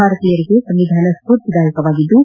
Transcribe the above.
ಭಾರತೀಯರಿಗೆ ಸಂವಿಧಾನವು ಸ್ಕೂರ್ತಿದಾಯಕವಾಗಿದ್ದು